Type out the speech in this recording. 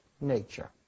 nature